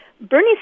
Bernie